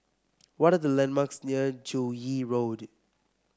what are the landmarks near Joo Yee Road